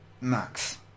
Max